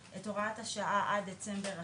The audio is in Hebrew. את הוראת השעה עד דצמבר השנה,